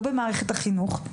לא במערכת החינוך,